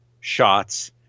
shots